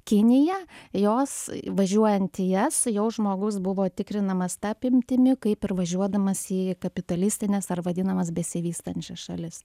kinija jos važiuojant į jas jau žmogus buvo tikrinamas ta apimtimi kaip ir važiuodamas į kapitalistines ar vadinamas besivystančias šalis